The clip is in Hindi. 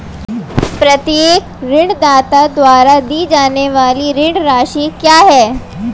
प्रत्येक ऋणदाता द्वारा दी जाने वाली ऋण राशि क्या है?